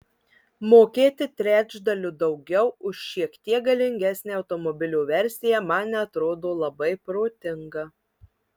mokėti trečdaliu daugiau už šiek tiek galingesnę automobilio versiją man neatrodo labai protinga